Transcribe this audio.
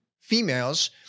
females